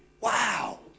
Wow